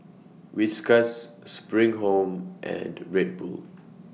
Whiskas SPRING Home and Red Bull